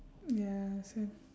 ya so